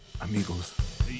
amigos